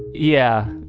yeah,